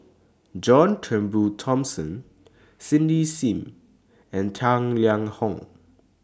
John Turnbull Thomson Cindy SIM and Tang Liang Hong